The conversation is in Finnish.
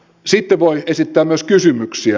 sitten voi esittää myös kysymyksiä